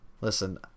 Listen